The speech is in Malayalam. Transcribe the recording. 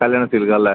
കല്ല്യാൺ സിൽക്കല്ലേ